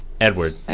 edward